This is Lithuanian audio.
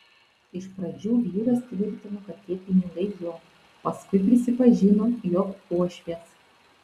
iš pradžių vyras tvirtino kad tie pinigai jo paskui prisipažino jog uošvės